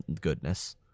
goodness